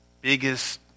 biggest